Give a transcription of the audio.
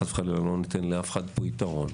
חס וחלילה לא ניתן לאף אחד פה יתרון,